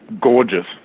Gorgeous